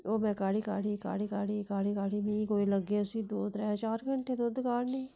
ओह् में काढ़ी काढ़ी काढ़ी काढ़ी काढ़ी काढ़ी मि कोई लग्गे उसी दो त्रै चार घैंटे दुद्ध काढ़ने गी